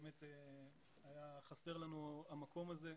באמת היה חסר לנו המקום הזה.